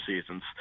seasons